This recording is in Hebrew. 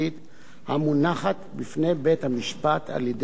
המונחת בפני בית-המשפט על-ידי הצדדים.